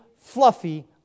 fluffy